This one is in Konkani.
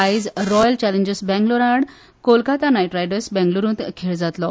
आयज रॉयल चॅलेंजर्स बेंगलोर आड कोलकाता नायट रायडर्स बेंगलरुंत खेळ जातलो